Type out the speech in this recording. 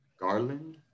Garland